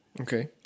Okay